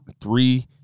three